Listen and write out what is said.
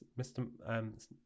Mr